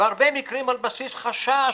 בהרבה מקרים על בסיס חשש,